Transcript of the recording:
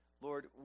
Lord